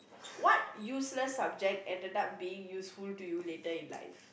what useless subject ended up being useful to you later in life